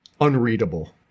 unreadable